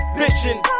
bitching